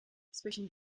zwischen